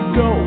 go